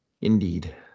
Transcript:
Indeed